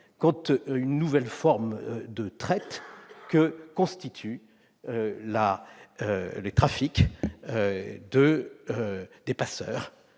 contre une nouvelle forme de traite que constitue le trafic des passeurs,